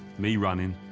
me running,